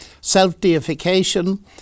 self-deification